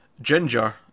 ginger